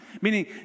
meaning